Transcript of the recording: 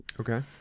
Okay